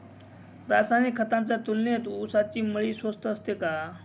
रासायनिक खतांच्या तुलनेत ऊसाची मळी स्वस्त असते का?